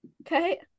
Okay